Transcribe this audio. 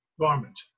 garment